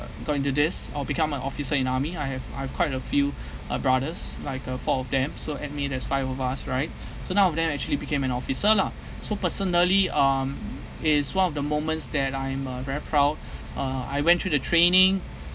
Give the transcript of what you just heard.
got into this or become an officer in army I have I've quite a few uh brothers like a four of them so add me there's five of us right so none of them actually became an officer lah so personally um is one of the moments that I am a very proud uh I went through the training